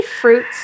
fruits